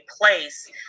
place